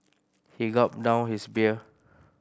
he gulped down his beer